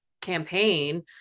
campaign